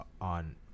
on